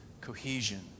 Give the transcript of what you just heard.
Cohesion